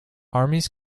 armies